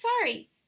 sorry